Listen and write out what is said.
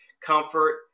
comfort